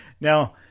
Now